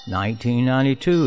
1992